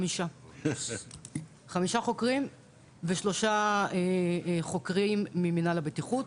חמישה חוקרים ושלושה חוקרים ממינהל הבטיחות,